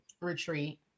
Retreat